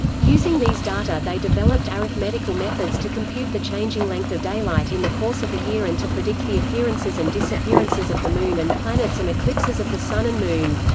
using these data they developed arithmetical methods to compute the changing length of daylight in the course of the year and to predict the appearances and disappearances of the moon and planets and eclipses of the sun and moon.